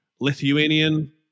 Lithuanian